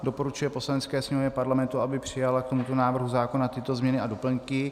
Doporučuje Poslanecké sněmovně Parlamentu, aby přijala k tomuto návrhu zákona tyto změny a doplňky.